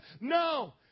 No